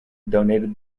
donated